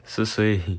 是谁